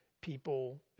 people